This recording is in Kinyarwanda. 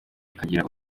akagira